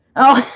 oh